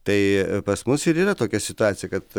tai pas mus ir yra tokia situacija kad